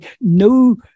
no